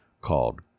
called